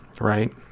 right